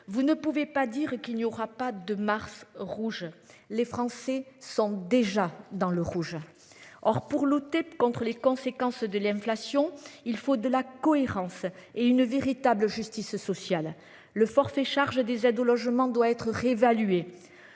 Vous ne pouvez pas dire qu'il n'y aura pas de mars rouge. Les Français sont déjà dans le rouge. Or, pour lutter contre les conséquences de l'inflation. Il faut de la cohérence et une véritable justice sociale, le forfait charge des aides au logement doit être réévaluée.